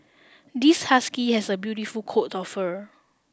this husky has a beautiful coat of fur